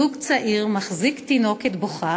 זוג צעיר מחזיק תינוקת בוכה